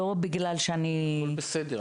לא בגלל שאני --- הכול בסדר,